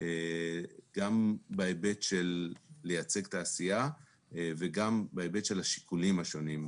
גם בהיבט של לייצג את העשייה וגם בהיבט של השיקולים השונים.